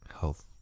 health